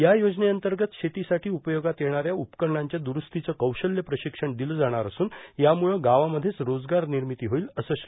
या योजनेअंतर्गत शेतीसाठी उपयोगात येणाऱ्या उपकरणांच्या दुरूस्तीचं कौशल्य प्रशिक्षण दिलं जाणार असून यामुळं गावामध्येच रोजगार निर्मिती होईल असं श्री